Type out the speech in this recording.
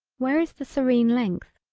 where is the serene length,